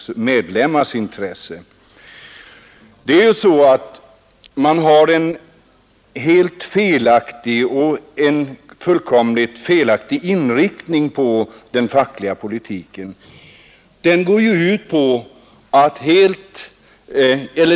Man har ju en fullkomligt felaktig inriktning på den fackliga politiken.